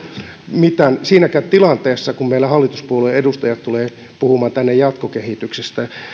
mitään siinäkään tilanteessa kun meillä hallituspuolueiden edustajat tulevat puhumaan tänne jatkokehityksestä